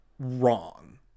wrong